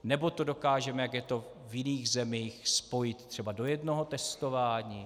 Nebo to dokážeme, jak je to v jiných zemích, spojit třeba do jednoho testování?